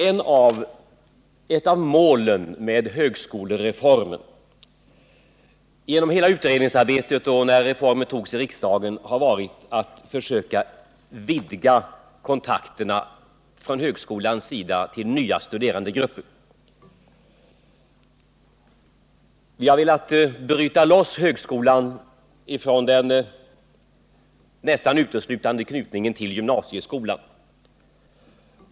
Ett av de mål som man hade genom hela utredningsarbetet och när högskolereformen antogs var att försöka vidga högskolans kontakter med nya studerandegrupper. Vi har velat bryta loss högskolan från den nästan helt dominerande knytningen till gymnasieskolan.